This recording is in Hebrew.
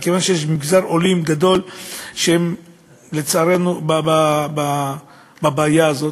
מכיוון שיש מגזר גדול של עולים שלצערנו הם בבעיה הזאת,